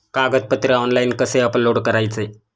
कागदपत्रे ऑनलाइन कसे अपलोड करायचे?